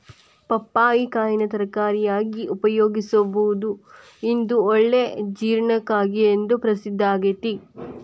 ಪಪ್ಪಾಯಿ ಕಾಯಿನ ತರಕಾರಿಯಾಗಿ ಉಪಯೋಗಿಸಬೋದು, ಇದು ಒಳ್ಳೆ ಜೇರ್ಣಕಾರಿ ಎಂದು ಪ್ರಸಿದ್ದಾಗೇತಿ